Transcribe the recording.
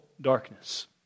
darkness